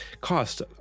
Cost